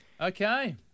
Okay